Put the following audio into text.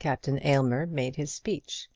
captain aylmer made his speech